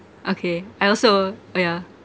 okay I also uh yeah